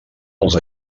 els